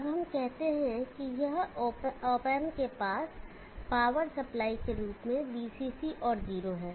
अब हम कहते हैं कि यह op amp के पास पावर सप्लाई के रूप में VCC और 0 है